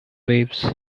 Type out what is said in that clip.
waves